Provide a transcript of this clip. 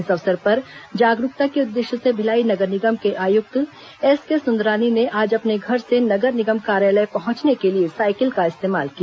इस अवसर पर जागरूकता के उद्देश्य से भिलाई नगर निगम के आयुक्त एसके सुंदरानी ने आज अपने घर से नगर निगम कार्यालय पहुंचने के लिए साइकिल का इस्तेमाल किया